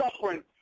suffering